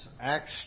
Acts